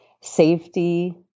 safety